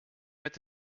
met